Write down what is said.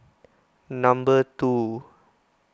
number two